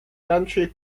country